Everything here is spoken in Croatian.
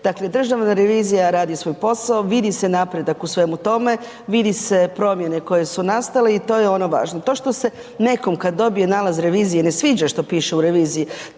Dakle, Državna revizija radi svoj posao, vidi se napredak u svemu tome, vidi se promjene koje su nastale i to je ono važno. To što se nekom kad dobije nalaz revizije ne sviđa što piše u reviziji,